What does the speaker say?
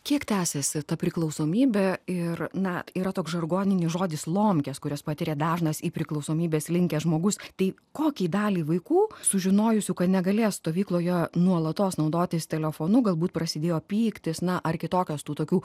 kiek tęsiasi ta priklausomybė ir na yra toks žargoninis žodis lomkės kurias patiria dažnas į priklausomybes linkęs žmogus tai kokiai daliai vaikų sužinojusių kad negalės stovykloje nuolatos naudotis telefonu galbūt prasidėjo pyktis na ar kitokios tų tokių